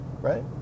right